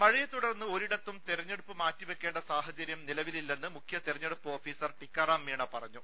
മഴയെത്തുടർന്ന് ഒരിടത്തും തെരഞ്ഞെടുപ്പ് മാറ്റിവെക്കേണ്ട സാഹചര്യം നിലവിലില്ലെന്ന് മുഖ്യ തെരഞ്ഞെടുപ്പ് ഓഫീസർ ടിക്കാറാം മീണ പറഞ്ഞു